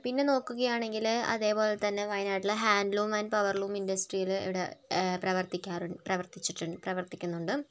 പിന്നെ നോക്കുകയാണെങ്കില് അതേപോലെ തന്നെ വയനാട്ടില് ഹാൻഡ്ലൂം ആൻഡ് പവർലൂം ഇൻഡസ്ട്രി ഇവിടെ പ്രവർത്തിക്കുന്നുണ്ട്